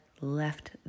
left